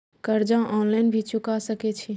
कर्जा ऑनलाइन भी चुका सके छी?